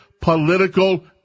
political